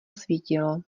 svítilo